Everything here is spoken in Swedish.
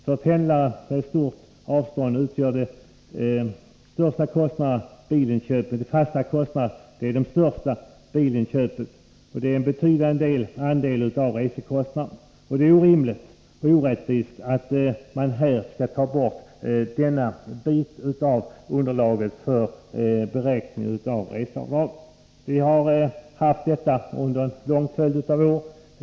För pendlare med stort avstånd mellan arbete och bostad är de fasta kostnaderna, dvs. bilinköpet, stora. De är en betydande andel av resekostnaden. Det är orimligt och orättvist att man skall ta bort denna bit av underlaget för beräkning av reseavdrag. Vi har haft denna regel under en lång följd av år.